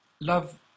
Love